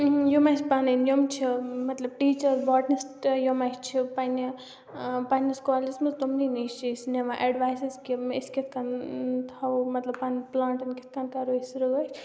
یِم اَسہِ پَنٕنۍ یِم چھِ مطلب ٹیٖچٲر بوٹنِسٹ یِم اَسہِ چھِ پنٛنہِ پنٛنِس کالجَس منٛز تٕمنٕے نِش چھِ أسۍ نِوان اٮ۪ڈوایسٕز کہِ أسۍ کِتھ کٔن تھاوو مَطلَب پَنٕنۍ پٕلانٛٹَن کِتھ کٔن کَرو أسۍ رٲچھ